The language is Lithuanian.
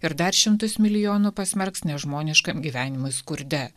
ir dar šimtus milijonų pasmerks nežmoniškam gyvenimui skurde